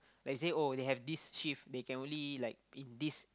but it say oh they have this shift they can only like in this